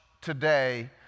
today